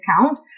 account